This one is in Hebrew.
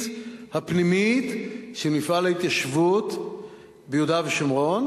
הפנימית של מפעל ההתיישבות ביהודה ושומרון,